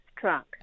trunk